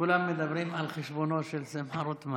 כולם מדברים על חשבונו של שמחה רוטמן.